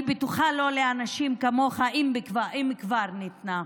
אני בטוחה, לא לאנשים כמוך, אם כבר ניתנה,